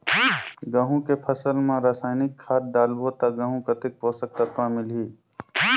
गंहू के फसल मा रसायनिक खाद डालबो ता गंहू कतेक पोषक तत्व मिलही?